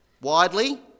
widely